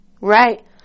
right